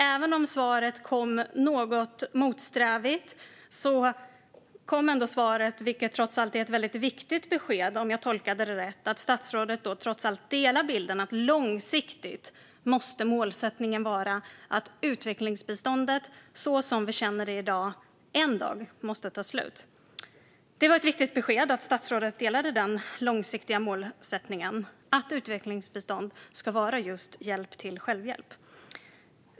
Även om svaret kom något motsträvigt så kom det ändå, vilket trots allt är ett väldigt viktigt besked om jag tolkade det rätt, att statsrådet delar bilden att långsiktigt måste målsättningen vara att utvecklingsbiståndet så som vi känner det i dag en dag måste ta slut. Det var ett viktigt besked att statsrådet delade den långsiktiga målsättningen att utvecklingsbistånd ska vara just hjälp till självhjälp.